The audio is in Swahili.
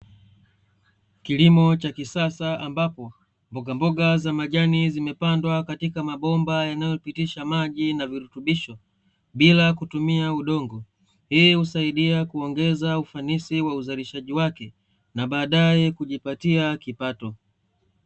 Kilimo cha kisasa, ambapo mbogamboga za majani zimepandwa katika mabomba yanayoitisha maji na virutubisho bila kutumia udongo. Hii husaidia kuongeza ufanisi wa uzalishaji wake na baadae kujipatia kipato.